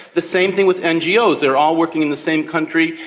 the same thing with ngos, they are all working in the same country,